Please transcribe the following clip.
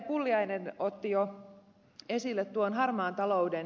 pulliainen otti jo esille tuon harmaan talouden